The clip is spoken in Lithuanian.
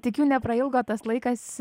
tikiu neprailgo tas laikas